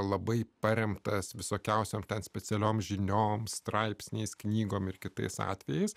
labai paremtas visokiausiom ten specialioms žinioms straipsniais knygom ir kitais atvejais